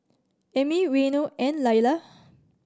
Amey Reino and Lilah